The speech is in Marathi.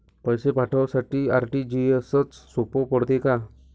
पैसे पाठवासाठी आर.टी.जी.एसचं सोप पडते का?